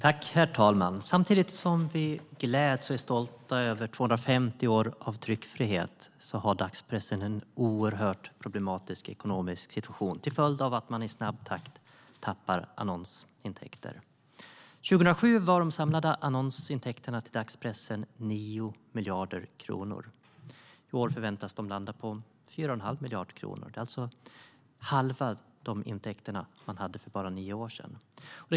Herr talman! Samtidigt som vi gläds och är stolta över 250 år av tryckfrihet har dagspressen en oerhört problematisk ekonomisk situation till följd av att man i snabb takt tappar annonsintäkter. År 2007 var de samlade annonsintäkterna till dagspressen 9 miljarder kronor. I år förväntas de landa på 4 1⁄2 miljard kronor. Det är alltså hälften av de intäkter man hade för bara nio år sedan.